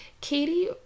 Katie